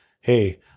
Hey